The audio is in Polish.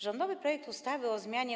Rządowy projekt ustawy o zmianie